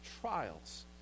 trials